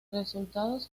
resultados